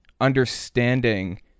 understanding